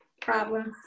problems